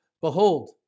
Behold